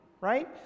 Right